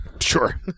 Sure